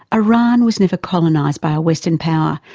iran was never colonised by a western power,